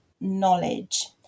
knowledge